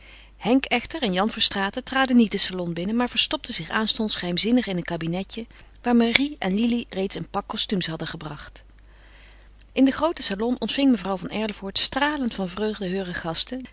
henk echter en jan verstraeten traden niet den salon binnen maar verstopten zich aanstonds geheimzinnig in een kabinetje waar marie en lili reeds een pak kostumes hadden gebracht in den grooten salon ontving mevrouw van erlevoort stralend van vreugde heure gasten